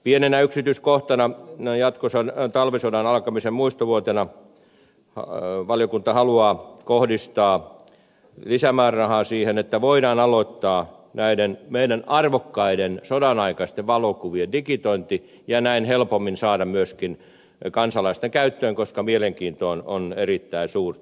pienenä yksityiskohtana talvisodan alkamisen muistovuotena valiokunta haluaa kohdistaa lisämäärärahaa siihen että voidaan aloittaa näiden meidän arvokkaiden sodanaikaisten valokuviemme digitointi ja näin helpommin saada ne myöskin kansalaisten käyttöön koska mielenkiinto on erittäin suurta